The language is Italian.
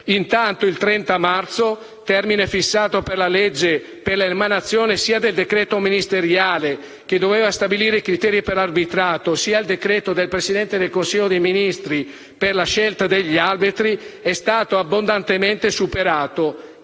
Intanto, il 30 marzo, termine fissato per legge per l'emanazione sia del decreto ministeriale che doveva stabilire i criteri per l'arbitrato, sia del decreto del Presidente del Consiglio dei ministri per la scelta degli arbitri, è stato abbondantemente superato.